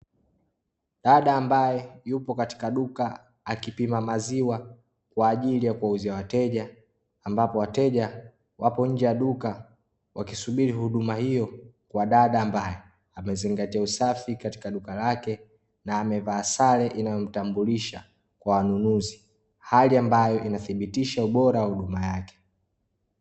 Dada ambaye, yupo katika duka akipima maziwa kwa ajili ya kuwauzia wateja, ambapo wateja wapo nje ya duka wakisubiri huduma hiyo kwa dada ambae; amezingatia usafi katika duka lake na amevaa sare inayomtambulisha kwa wanunuzi hali ambayo inathibitisha ubora wa huduma yake.